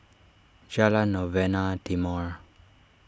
Jalan Novena Timor